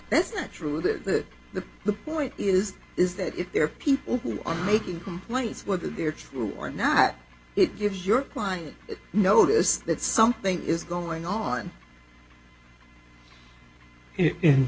that's not true that the the point is is that if there are people who are making complaints whether they're true or not it gives your client notice that something is going on in